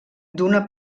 d’una